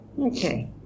Okay